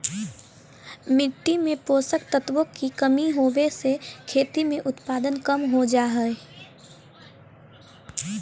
मिट्टी में पोषक तत्वों की कमी होवे से खेती में उत्पादन कम हो जा हई